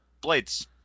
blades